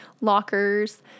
lockers